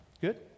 Good